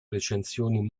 recensioni